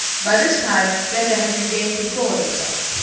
by this time benda had regained control of himself.